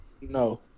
No